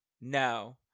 No